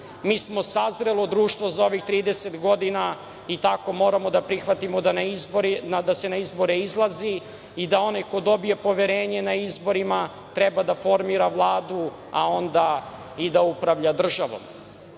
smo sazrelo društvo za ovih 30 godina i tako moramo da prihvatimo da se na izbore izlazi i da onaj ko dobije poverenje na izborima treba da formira Vladu, a onda i da upravlja državom. Uspesi